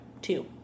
Two